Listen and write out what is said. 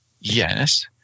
yes